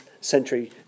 century